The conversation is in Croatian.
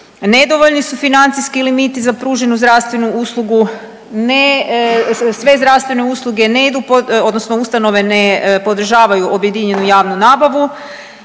Nedovoljni su financijski limiti za pruženu zdravstvenu uslugu. Sve zdravstvene usluge ne idu pod, odnosno ustanove ne podržavaju objedinjenu javnu nabavu.